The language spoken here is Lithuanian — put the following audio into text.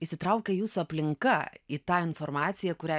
įsitraukia jūsų aplinka į tą informaciją kurią